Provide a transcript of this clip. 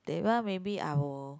that one maybe I will